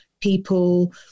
people